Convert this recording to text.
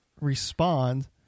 respond